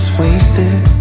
wasted